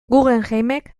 guggenheimek